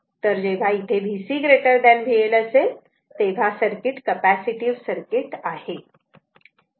तर जेव्हा इथे VC VL असे असेल तेव्हा सर्किट कपॅसिटीव्ह सर्किट आहे